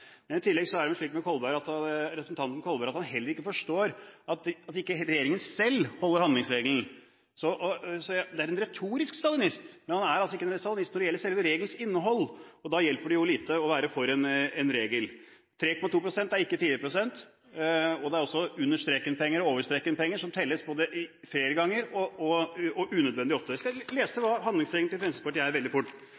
I tillegg er det jo slik med representanten Kolberg at han heller ikke forstår at ikke regjeringen selv holder seg til handlingsregelen. Så han er en retorisk stalinist. Men han er altså ikke en stalinist når det gjelder selve regelens innhold – og da hjelper det lite å være for en regel. 3,2 pst. er ikke 4 pst. Det er også under streken-penger og over streken-penger, som telles både flere ganger og unødvendig ofte. Jeg skal lese